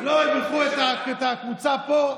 לא, הם בירכו את הקבוצה פה,